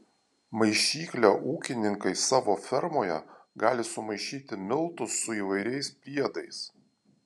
maišykle ūkininkai savo fermoje gali sumaišyti miltus su įvairiais priedais